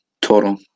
total